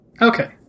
Okay